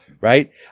right